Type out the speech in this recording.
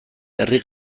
herri